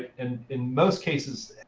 and in most cases,